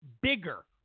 bigger